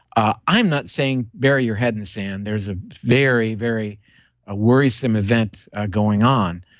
ah i'm not saying bury your head in the sand there's a very, very ah worrisome event going on.